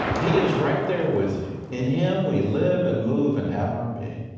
he is right there with you. in him we live and move and have our pain.